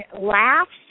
laughs